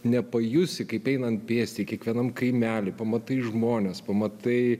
nepajusi kaip einant pėsti kiekvienam kaimely pamatai žmones pamatai